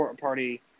party